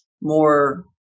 more